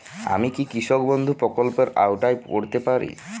আমি কি কৃষক বন্ধু প্রকল্পের আওতায় পড়তে পারি?